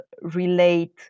relate